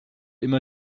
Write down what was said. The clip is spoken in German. immer